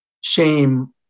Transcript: shame